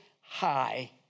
high